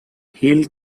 hill